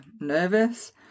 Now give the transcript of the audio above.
nervous